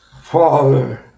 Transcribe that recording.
Father